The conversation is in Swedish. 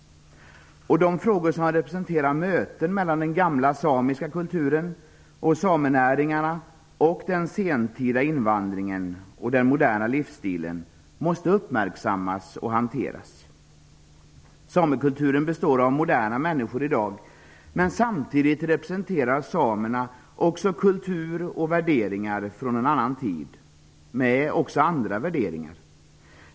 De frågor som representerar möten mellan den gamla samiska kulturen och samenäringarna å ena sidan och den sentida invandringen och den moderna livsstilen å den andra måste uppmärksammas och hanteras. Samekulturen består i dag av moderna människor, men samtidigt representerar samerna också kultur från en annan tid med även andra värderingar.